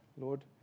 Lord